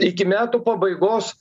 iki metų pabaigos